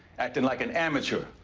acting like an amateur.